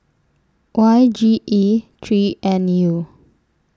Y G E three N U